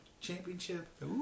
Championship